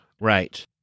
Right